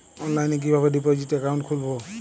অনলাইনে কিভাবে deposit account খুলবো?